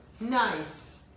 Nice